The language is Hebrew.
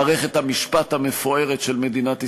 מערכת המשפט המפוארת של מדינת ישראל,